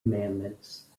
commandments